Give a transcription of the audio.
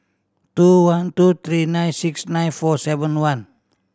two one two three nine six nine four seven one